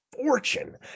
Fortune